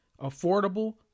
affordable